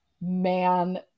man